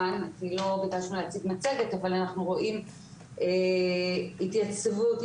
אבל אנחנו רואים התייצבות,